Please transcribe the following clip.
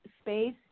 space